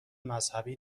مذهبی